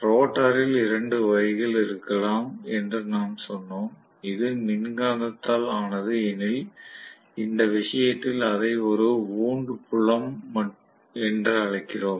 ரோட்டாரில் இரண்டு வகைகள் இருக்கலாம் என்று நாம் சொன்னோம் இது மின்காந்தத்தால் ஆனது எனில் இந்த விஷயத்தில் அதை ஒரு வூண்ட் புலம் என்று அழைக்கிறோம்